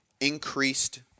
increased